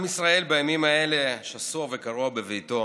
עם ישראל בימים האלה שסוע וקרוע בביתו